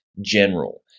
general